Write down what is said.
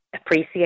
appreciate